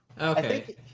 okay